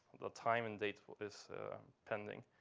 the time and date is pending.